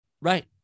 Right